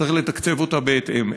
צריך לתקצב אותה בהתאם.